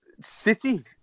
City